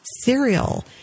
cereal